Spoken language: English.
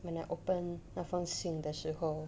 when I open 那封信的时候